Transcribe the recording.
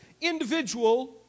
individual